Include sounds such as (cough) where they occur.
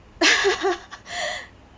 (laughs)